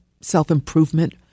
self-improvement